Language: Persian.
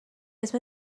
اسم